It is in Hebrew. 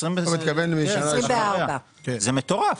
זה מטורף.